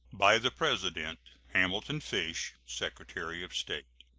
by the president hamilton fish, secretary of state.